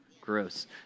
gross